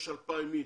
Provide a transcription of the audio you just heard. יש 2,000 אנשים.